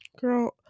girl